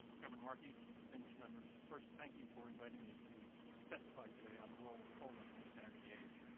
chairman markey, distinguished members, first, thank you for inviting me to testify today on the role of coal in a new energy age.